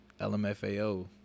lmfao